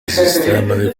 extremely